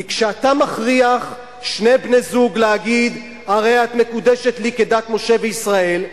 כי כשאתה מכריח שני בני-זוג להגיד "הרי את מקודשת לי כדת משה וישראל",